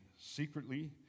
secretly